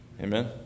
Amen